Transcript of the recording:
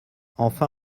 enfin